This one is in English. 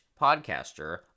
podcaster